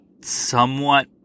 somewhat